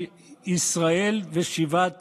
ולשרת